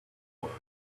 words